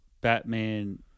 Batman